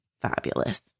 fabulous